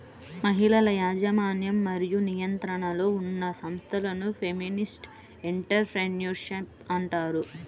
మహిళల యాజమాన్యం మరియు నియంత్రణలో ఉన్న సంస్థలను ఫెమినిస్ట్ ఎంటర్ ప్రెన్యూర్షిప్ అంటారు